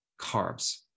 carbs